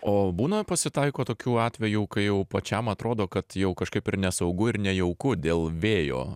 o būna pasitaiko tokių atvejų kai jau pačiam atrodo kad jau kažkaip ir nesaugu ir nejauku dėl vėjo